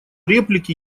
реплики